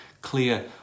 clear